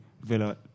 Villa